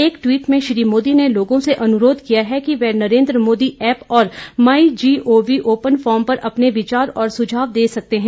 एक ट्वीट में श्री मोदी ने लोगों से अनुरोध किया है कि वे नरेन्द्र मोदी ऐप और my G O V open forum पर अपने विचार और सुझाव दे सकते हैं